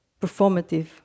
performative